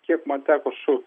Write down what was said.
kiek man teko su